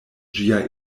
ĝia